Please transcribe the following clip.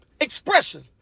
expression